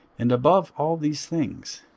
and above all these things